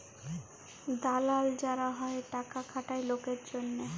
দালাল যারা হ্যয় টাকা খাটায় লকের জনহে